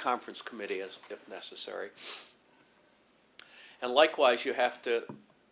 conference committee as necessary and likewise you have to